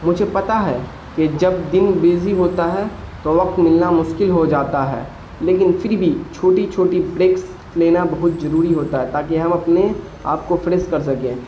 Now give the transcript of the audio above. مجھے پتہ ہے کہ جب دن بزی ہوتا ہے تو وقت ملنا مشکل ہو جاتا ہے لیکن پھر بھی چھوٹی چھوٹی بریکس لینا بہت ضروری ہوتا ہے تاکہ ہم اپنے آپ کو فریش کر سکیں